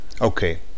Okay